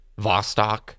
Vostok